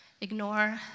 ignore